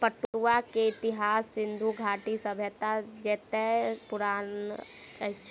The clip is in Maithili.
पटुआ के इतिहास सिंधु घाटी सभ्यता जेतै पुरान अछि